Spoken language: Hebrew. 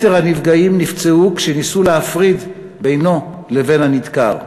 ויתר הנפגעים נפצעו כשניסו להפריד בינו לבין הנדקר.